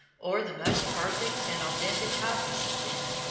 or the most perfect and authentic copies of them.